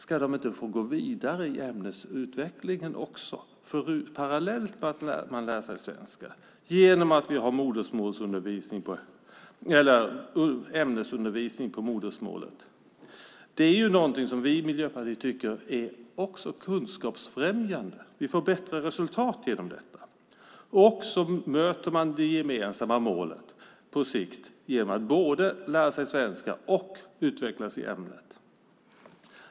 Ska de inte få gå vidare i ämnesutvecklingen parallellt med att de lär sig svenska genom att vi har ämnesundervisning på modersmålet? Det är något som vi i Miljöpartiet också tycker är kunskapsfrämjande. Vi får bättre resultat genom det. Man möter på sikt det gemensamma målet genom att både lära sig svenska och utvecklas i ämnet.